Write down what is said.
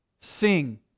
sing